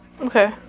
Okay